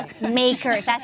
Makers